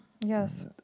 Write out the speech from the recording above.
Yes